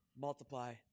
Multiply